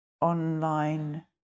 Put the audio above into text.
online